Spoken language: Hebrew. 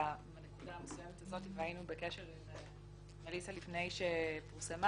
בנקודה המסוימת הזאת והיינו עם אליסה לפני שפורסמה